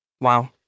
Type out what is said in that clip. wow